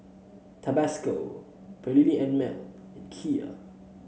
Tabasco Perllini and Mel and Kia